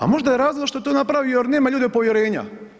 A možda je razlog što je to napravio jer nema ljude od povjerenja.